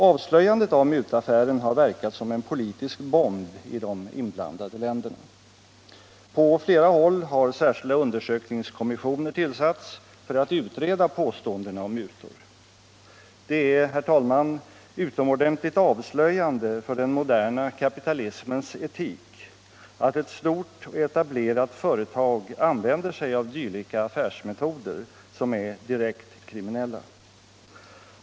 Avslöjandet av mutaffären har verkat som en politisk bomb i de inblandade länderna. På flera håll har särskilda undersökningskommissioner tillsatts för att utreda påståendena om mutor. Det är, herr talman, utomordentligt avslöjande för den moderna kapitalismens etik att ett stort och etablerat företag använder sig av dylika affärsmetoder, som är direkt kriminella.